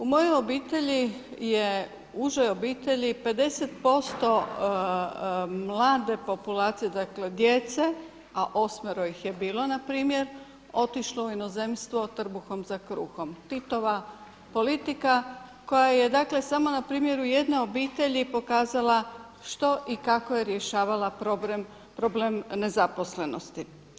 U mojoj obitelji je, užoj obitelji je 50% mlade populacije dakle, djece a osmero ih je bilo npr. otišlo u inozemstvo „trbuhom za kruhom“ Titova politika koja je dakle samo na primjeru jedne obitelji pokazala što i kako je rješavala problem nezaposlenosti.